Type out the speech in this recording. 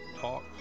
talk